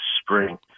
spring